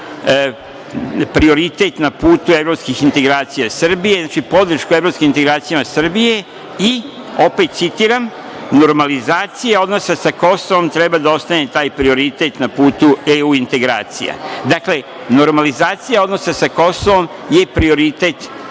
prioritet na putu evropskih integracija Srbije, znači, podrška evropskim integracijama Srbije i opet citiram, normalizacija odnosa sa Kosovom treba da ostane taj prioritet na putu EU integracija. Dakle, normalizacija odnosa sa Kosovom je prioritet,